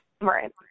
Right